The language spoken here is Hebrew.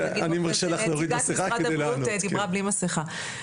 שלא יגידו שנציגת משרד הבריאות דיברה בלי מסכה.